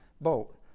boat